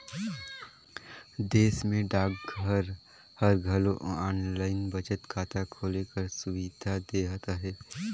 देस में डाकघर हर घलो आनलाईन बचत खाता खोले कर सुबिधा देहत अहे